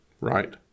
Right